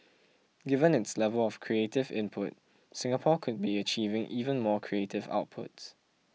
given its level of creative input Singapore could be achieving even more creative outputs